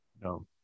no